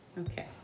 Okay